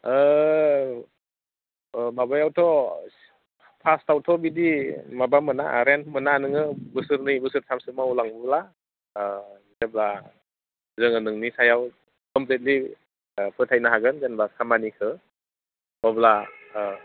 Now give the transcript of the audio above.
अ माबायावथ' फार्स्टआवथ' बिदि माबा मोना रेन्ज मोना नोङो बोसोरनै बोसोरथामसो मावलाङोब्ला जेब्ला जोङो नोंनि सायाव कमप्लिटलि फोथायनो हागोन जेन'बा खामानिखो अब्ला